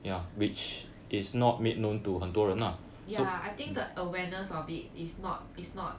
ya I think the awareness of it is not is not